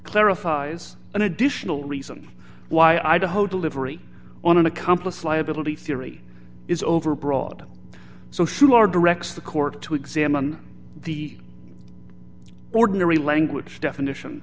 clarifies an additional reason why idaho delivery on an accomplice liability theory is overbroad social or directs the court to examine the ordinary language definition